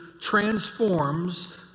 transforms